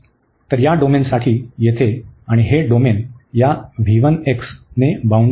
तर या डोमेनसाठी येथे आणि हे डोमेन या ने बाउंडेड आहे